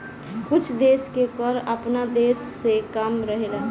कुछ देश के कर आपना देश से कम रहेला